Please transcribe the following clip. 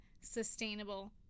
sustainable